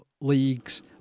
leagues